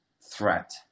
threat